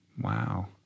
Wow